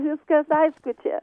viskas aišku čia